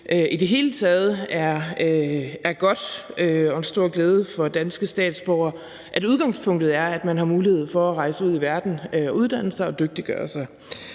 i det hele taget godt og en stor glæde for danske statsborgere, at udgangspunktet er, at man har mulighed for at rejse ud i verden og uddanne sig og dygtiggøre sig.